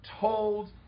told